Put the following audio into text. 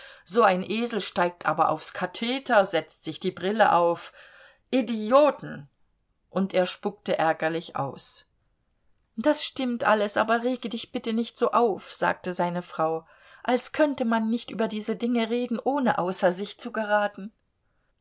so ein esel steigt aber aufs katheder setzt sich die brille auf idioten und er spuckte ärgerlich aus das stimmt alles aber rege dich bitte nicht so auf sagte seine frau als könnte man nicht über diese dinge reden ohne außer sich zu geraten